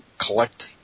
collect